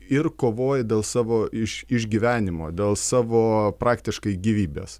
ir kovoja dėl savo iš išgyvenimo dėl savo praktiškai gyvybės